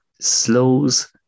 slows